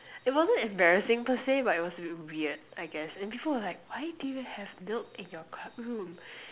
it wasn't embarrassing per se but it was weird I guess and people were like why do you have milk in your club room